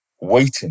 waiting